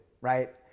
right